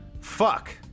Fuck